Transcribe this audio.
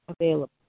available